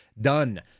Done